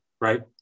right